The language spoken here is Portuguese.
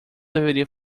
deveria